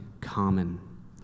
common